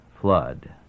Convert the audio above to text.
flood